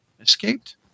escaped